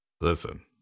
Listen